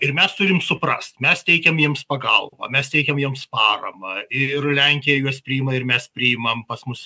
ir mes turime suprast mes teikiam jiems pagalbą o mes teikiam jiems paramą ir lenkija juos priima ir mes priimam pas mus